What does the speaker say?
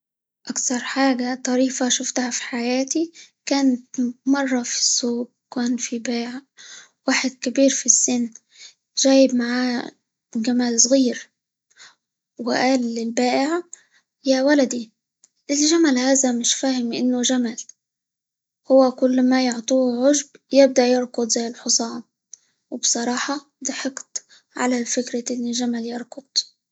أكثر حاجة طريفة شفتها في حياتي، كانت مرة في السوق، وكان في -باع- واحد كبير في السن جايب معاه جمل صغير، وقال للبائع يا ولدي الجمل هذا مش فاهم إنه جمل، هو كل ما يعطوه عشب يبدأ يركض زي الحصان، وبصراحة ضحكت على فكرة إن الجمل يركض.